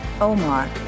Omar